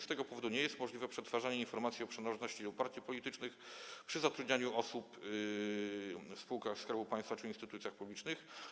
Z tego powodu nie jest możliwe przetwarzanie informacji o przynależności do partii politycznych przy zatrudnianiu osób w spółkach Skarbu Państwa czy instytucjach publicznych.